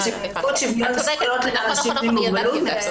נציבות שוויון זכויות לאנשים עם מוגבלות.